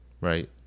Right